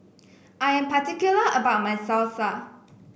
I am particular about my Salsa